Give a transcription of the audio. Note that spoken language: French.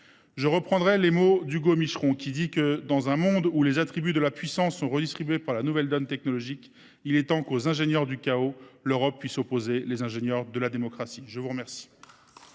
du chercheur Hugo Micheron, qui estime que, dans un monde où les attributs de la puissance sont redistribués par la nouvelle donne technologique, il est temps que, aux ingénieurs du chaos, l’Europe puisse opposer les ingénieurs de la démocratie. Très bien